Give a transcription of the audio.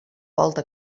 volta